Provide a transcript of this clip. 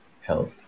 health